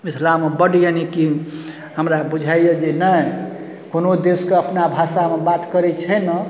मिथिलामे बड़ यानीकि हमरा बुझाइए जे नहि कोनो देशके अपना भाषामे बात करै छै ने